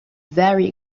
very